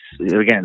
again